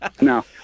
no